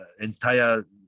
entire